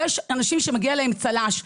יש אנשים שמגיע להם צל"ש.